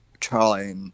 Charlie